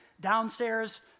downstairs